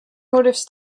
motifs